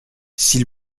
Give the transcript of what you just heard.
s’il